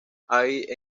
hay